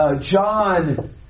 John